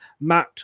Matt